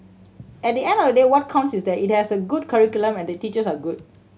at the end of the day what counts is that it has a good curriculum and the teachers are good